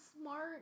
smart